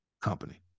company